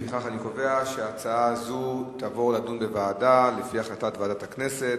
אני קובע שההצעה הזאת תעבור לדיון בוועדה שתקבע ועדת הכנסת.